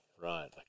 Right